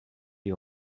die